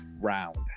round